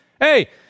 hey